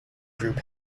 group